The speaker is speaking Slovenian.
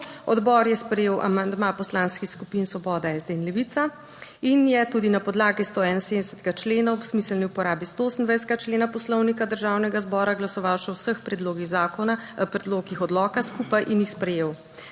Odbor je sprejel amandma poslanskih skupin Svoboda, SD in Levica in je tudi na podlagi 171. člena ob smiselni uporabi 128. člena Poslovnika Državnega zbora glasoval še o vseh predlogih odloka skupaj in jih sprejel.